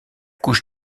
couche